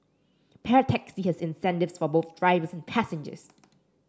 Pair Taxi has incentives for both drivers and passengers